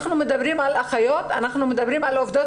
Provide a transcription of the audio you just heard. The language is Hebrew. אנחנו מדברים על אחיות; אנחנו מדברים על עובדות